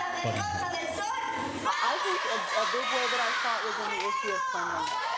but in heads i think a big way that i saw was in the issue of cleanliness.